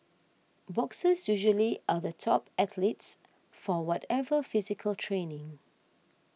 boxers usually are the top athletes for whatever physical training